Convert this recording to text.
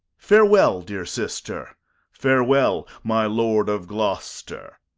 farewell, dear sister farewell, my lord of gloucester.